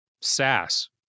SaaS